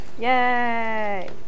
Yay